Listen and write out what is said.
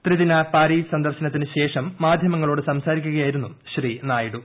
ത്രിദിന പാരീസ് സന്ദർശനത്തിന് ശേഷം മാധ്യമങ്ങളോട് സംസാരിക്കുകയായിരുന്നു ശ്രീ നായിഡു